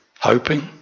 hoping